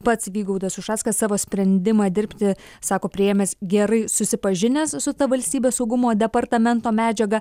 pats vygaudas ušackas savo sprendimą dirbti sako priėmęs gerai susipažinęs su valstybės saugumo departamento medžiaga